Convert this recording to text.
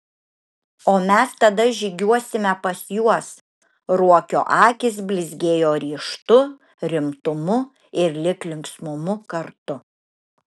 o mes tada žygiuosime pas juos ruokio akys blizgėjo ryžtu rimtumu ir lyg linksmumu kartu